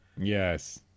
yes